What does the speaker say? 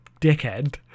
dickhead